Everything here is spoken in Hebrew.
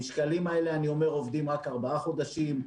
המשקלים האלה עובדים רק ארבעה חודשים.